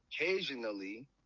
occasionally